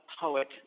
poet